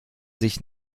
sich